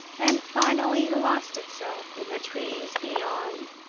and finally lost itself in the trees beyond.